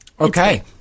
Okay